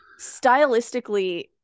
Stylistically